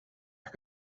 heb